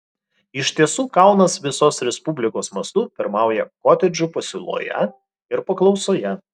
iš tiesų kaunas visos respublikos mastu pirmauja kotedžų pasiūloje ir paklausoje